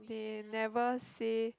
they never say